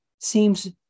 seems